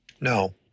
No